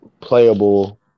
playable